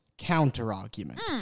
counter-argument